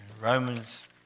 Romans